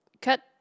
cut